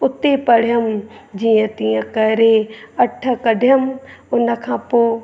उते पढ़ियमि जीअं तीअं करे अठ कढियमि उन खां पोइ